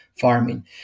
farming